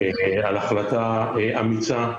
על החלטה אמיצה,